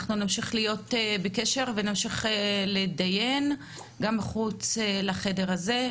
אנחנו נמשיך להיות בקשר ונמשיך להתדיין גם מחוץ לחדר הזה.